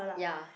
ya